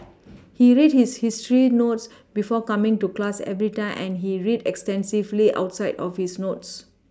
he read his history notes before coming to class every time and he read extensively outside of his notes